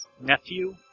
nephew